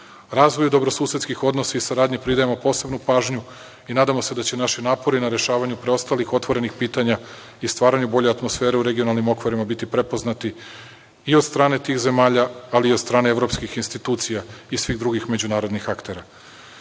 Razvoju dobrosusedskih odnosa i saradnji pridajemo posebnu pažnju i nadamo se da će naši napori na rešavanju preostalih otvorenih pitanja i stvaranju bolje atmosfere u regionalnim okvirima biti prepoznati i od strane tih zemalja, ali i od strane evropskih institucija i svih drugih međunarodnih aktera. Takođe,